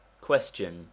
Question